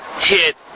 Hit